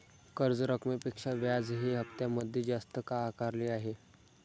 कर्ज रकमेपेक्षा व्याज हे हप्त्यामध्ये जास्त का आकारले आहे?